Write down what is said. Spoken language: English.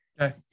Okay